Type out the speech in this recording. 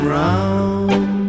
round